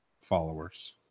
followers